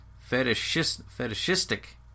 fetishistic